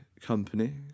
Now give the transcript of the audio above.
company